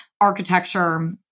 architecture